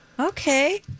Okay